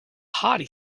hearty